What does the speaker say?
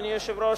אדוני היושב-ראש,